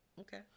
Okay